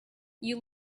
you